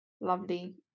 lovely